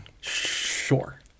Sure